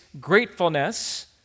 gratefulness